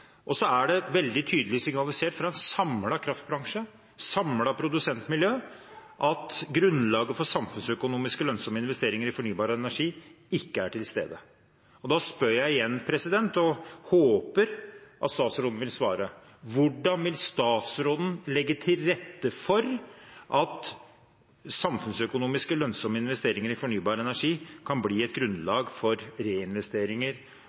Og så er det veldig tydelig signalisert fra en samlet kraftbransje, et samlet produsentmiljø, at grunnlaget for samfunnsøkonomisk lønnsomme investeringer i fornybar energi ikke er til stede. Da spør jeg igjen og håper at statsråden vil svare: Hvordan vil statsråden legge til rette for at samfunnsøkonomisk lønnsomme investeringer i fornybar energi kan bli et grunnlag for reinvesteringer